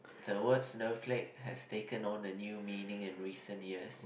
the word snowflake has taken on a new meaning in recent years